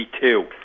Two